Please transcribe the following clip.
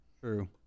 True